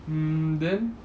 um then